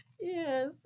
yes